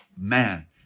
man